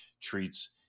treats